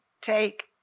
take